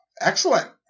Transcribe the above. Excellent